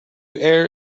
err